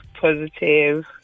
positive